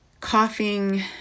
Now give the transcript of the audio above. coughing